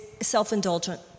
self-indulgent